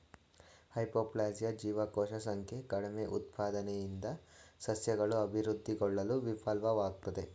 hypoplasia ಜೀವಕೋಶ ಸಂಖ್ಯೆ ಕಡಿಮೆಉತ್ಪಾದನೆಯಿಂದ ಸಸ್ಯಗಳು ಅಭಿವೃದ್ಧಿಗೊಳ್ಳಲು ವಿಫಲ್ವಾಗ್ತದೆ